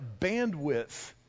bandwidth